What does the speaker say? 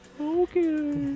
Okay